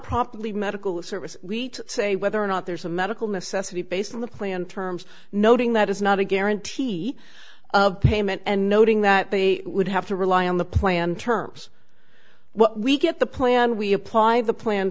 properly medical service we to say whether or not there's a medical necessity based on the plan terms noting that is not a guarantee of payment and noting that they would have to rely on the plan terms well we get the plan we apply the plan